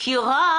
מהמזכירה,